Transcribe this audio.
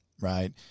right